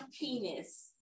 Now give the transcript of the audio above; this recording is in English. penis